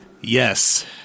Yes